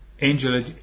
Angel